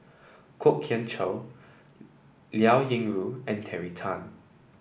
Kwok Kian Chow Liao Yingru and Terry Tan